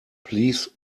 please